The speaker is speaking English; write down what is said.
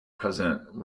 president